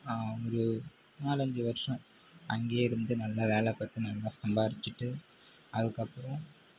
ஒரு நாலஞ்சு வருடம் அங்கே இருந்து நல்லா வேலை பார்த்து நல்லா சம்பாதிச்சுட்டு அதுக்கப்புறம்